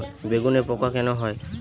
বেগুনে পোকা কেন হয়?